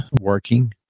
working